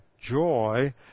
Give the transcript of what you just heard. joy